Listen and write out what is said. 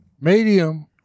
Medium